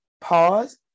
pause